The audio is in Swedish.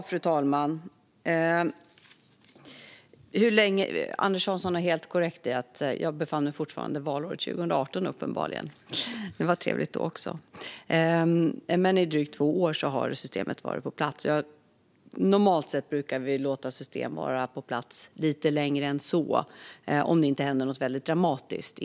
Fru talman! Anders Hansson har helt rätt. Jag befann mig uppenbarligen fortfarande i valåret 2018. Det var i och för sig trevligt då också, men det stämmer att systemet har varit på plats i drygt två år. Normalt sett brukar vi låta system vara på plats lite längre än så innan man gör en översyn, om det inte händer något väldigt dramatiskt.